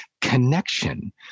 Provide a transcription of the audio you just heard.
connection